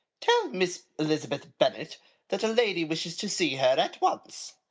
tell miss elizabeth bennet that a lady wishes to see her at once.